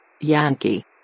Yankee